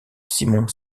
simon